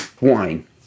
wine